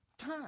time